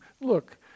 look